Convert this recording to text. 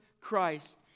Christ